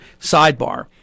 Sidebar